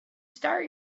start